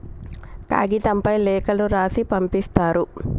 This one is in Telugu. కాగితంపై లేఖలు రాసి పంపిస్తారు